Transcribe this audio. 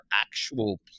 actual